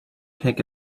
take